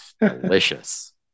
delicious